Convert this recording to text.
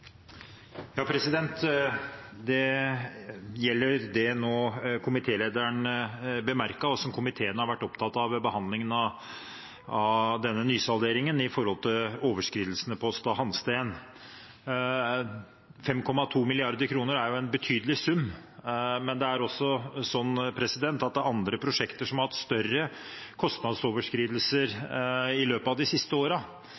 nå bemerket, og som komiteen har vært opptatt av ved behandlingen av denne nysalderingen om overskridelsene på Aasta Hansteen. 5,2 mrd. kr er en betydelig sum. Men det er også slik at det er andre prosjekter som har hatt større kostnadsoverskridelser i løpet av de siste